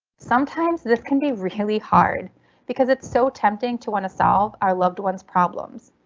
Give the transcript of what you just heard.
sometimes this can be really hard because it's so tempting to want to solve our loved ones problems.